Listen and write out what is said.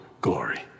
glory